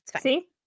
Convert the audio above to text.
See